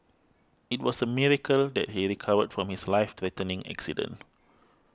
it was a miracle that he recovered from his life threatening accident